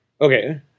Okay